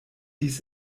dies